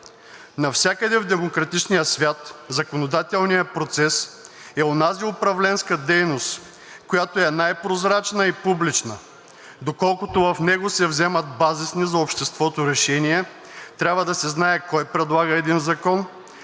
Навсякъде в демократичния свят законодателният процес е онази управленска дейност, която е най-прозрачна и публична. Доколкото в него се вземат базисни за обществото решения, трябва да се знае кой предлага един закон,